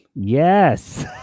Yes